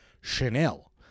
Chanel